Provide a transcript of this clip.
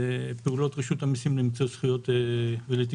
זה פעולות רשות המיסים למיצוי זכויות ולתיקון